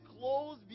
clothes